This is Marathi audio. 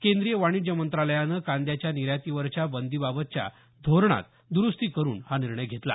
केंद्रीय वाणिज्य मंत्रालयानं कांद्याच्या निर्यातीवरच्या बंदीबाबतच्या धोरणात दुरुस्ती करुन हा निर्णय घेतला